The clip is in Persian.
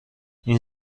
این